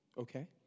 Okay